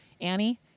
Annie